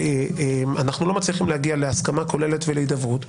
אנחנו לא מצליחים להגיע להסכמה כוללת ולהידברות,